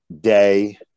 day